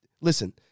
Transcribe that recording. Listen